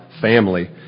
family